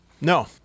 No